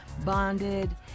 bonded